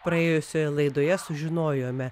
praėjusioje laidoje sužinojome